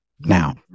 now